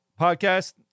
podcast